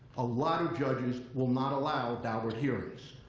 a lot of judges will not allow daubert hearings,